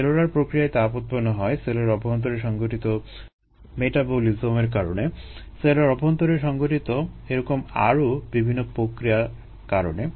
cellular প্রক্রিয়ায় তাপ উৎপন্ন হয় সেলের অভ্যন্তরে সংঘটিত মেটাবলিজমের কারণে সেলের অভ্যন্তরে সংঘটিত এরকম আরো বিভিন্ন প্রক্রিয়ার কারণে